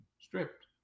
stripped